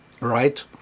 right